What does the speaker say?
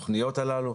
התכניות הללו.